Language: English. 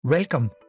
Welcome